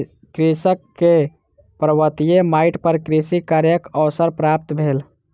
कृषक के पर्वतीय माइट पर कृषि कार्यक अवसर प्राप्त भेल